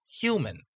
human